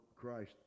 christ